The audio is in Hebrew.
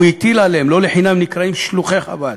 הוא הטיל עליהם, לא לחינם הם נקראים שלוחי חב"ד,